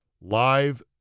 live